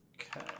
Okay